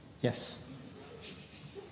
Yes